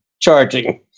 Charging